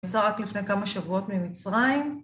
נסע רק לפני כמה שבועות ממצרים.